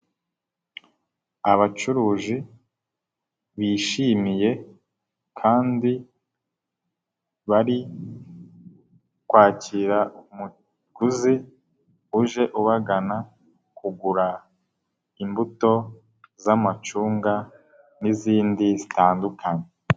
Abacuruzi bishimiye kandi bari kwakira umuguzi uje ubagana kugura imbuto z'amacunga n'izindi zitandukanye.